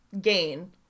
gain